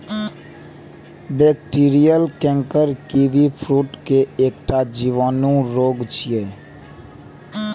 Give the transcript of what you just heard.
bacterial canker kiwifruit के एकटा जीवाणु रोग छियै